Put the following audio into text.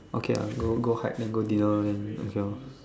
okay lah go go hike then go dinner then okay lor